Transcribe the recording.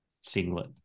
Singlet